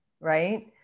right